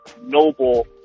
noble